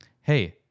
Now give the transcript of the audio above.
hey